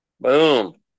Boom